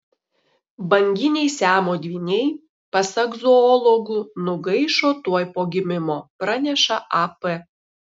banginiai siamo dvyniai pasak zoologų nugaišo tuoj po gimimo praneša ap